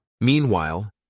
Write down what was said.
Meanwhile